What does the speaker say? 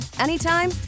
anytime